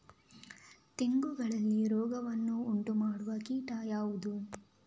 ತೆಂಗುಗಳಲ್ಲಿ ರೋಗವನ್ನು ಉಂಟುಮಾಡುವ ಕೀಟ ಯಾವುದು?